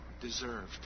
deserved